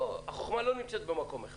החוכמה לא נמצאת במקום אחד.